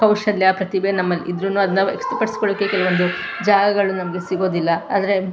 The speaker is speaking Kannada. ಕೌಶಲ್ಯ ಪ್ರತಿಭೆ ನಮ್ಮಲ್ಲಿ ಇದ್ರೂ ಅದನ್ನು ವ್ಯಕ್ತಪಡಿಸ್ಕೊಳ್ಳೋಕೆ ಕೆಲವೊಂದು ಜಾಗಗಳು ನಮಗೆ ಸಿಗೋದಿಲ್ಲ ಆದರೆ